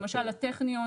למשל הטכניון,